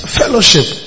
fellowship